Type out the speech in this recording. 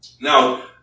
Now